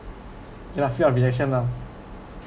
ya lah fear of relation lah